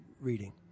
reading